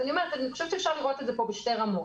לכן אני חושבת שאפשר לראות את זה פה בשתי רמות.